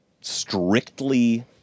strictly